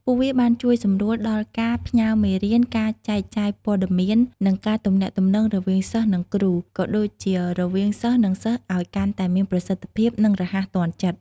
ពួកវាបានជួយសម្រួលដល់ការផ្ញើរមេរៀន ការចែកចាយព័ត៌មាន និងការទំនាក់ទំនងរវាងសិស្ស និងគ្រូ ក៏ដូចជារវាងសិស្សនិងសិស្សឲ្យកាន់តែមានប្រសិទ្ធភាព និងរហ័សទាន់ចិត្ត។